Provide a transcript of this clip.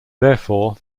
therefore